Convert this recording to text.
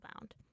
bound